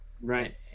Right